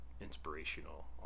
inspirational